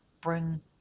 bring